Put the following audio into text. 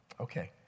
Okay